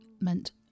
meant